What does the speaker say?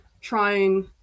trying